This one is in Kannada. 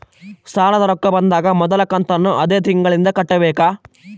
ಸಾಲದ ರೊಕ್ಕ ಬಂದಾಗ ಮೊದಲ ಕಂತನ್ನು ಅದೇ ತಿಂಗಳಿಂದ ಕಟ್ಟಬೇಕಾ?